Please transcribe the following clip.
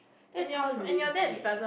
that's how lazy eh